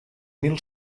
mil